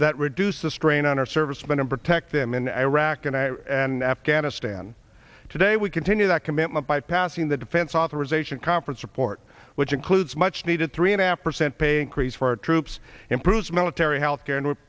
that reduce the strain on our servicemen and protect them in iraq and i and afghanistan today we continue that commitment by passing the defense authorization conference report which includes much needed three and a half percent pay increase for our troops improves military health care and w